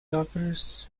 offers